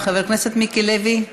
חבר הכנסת מיקי לוי,